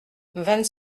vingt